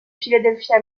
philadelphia